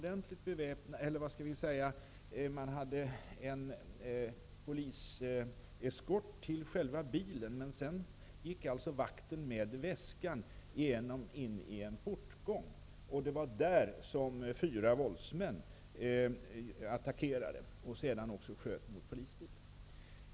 Det fanns poliseskort för själva bilen, men sedan gick vakten med väskan ensam in i en portgång. Det var där som fyra våldsmän attackerade och sedan också sköt mot polisbilen.